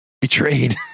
betrayed